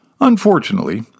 Unfortunately